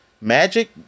magic